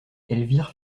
elvire